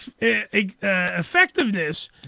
effectiveness